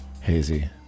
hazy